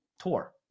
tour